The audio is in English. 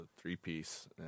three-piece